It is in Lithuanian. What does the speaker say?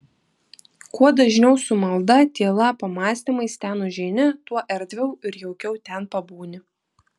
kuo dažniau su malda tyla pamąstymais ten užeini tuo erdviau ir jaukiau ten pabūni